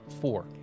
four